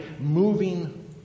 moving